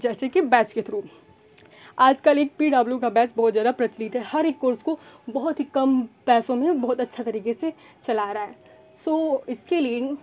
जैसे कि बैच के थ्रू आज कल यह पी डब्लू का बैच बहुत ज़्यादा प्रचलित है हर एक कोर्स को बहुत ही कम पैसों में बहुत अच्छे तरीके से चला रहा है सो इसके लिए